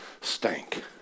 Stank